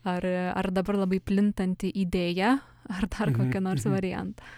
ar ar dabar labai plintanti idėja ar dar kokį nors variantą